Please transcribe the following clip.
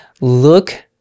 look